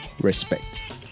respect